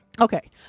Okay